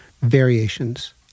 variations